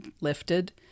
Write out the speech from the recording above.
lifted